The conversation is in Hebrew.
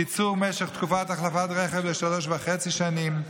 קיצור משך תקופת החלפת רכב לשלוש וחצי שנים,